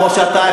כמו שאתה,